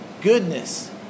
goodness